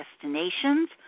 destinations